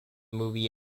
movie